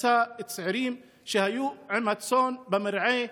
שתפסה צעירים שהיו עם הצאן במרעה,